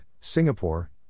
Singapore